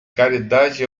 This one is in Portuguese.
caridade